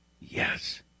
yes